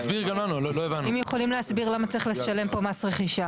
להסביר למה צריך לשלם פה מס רכישה.